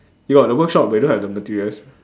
you got the workshop but we don't have the materials